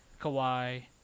Kawhi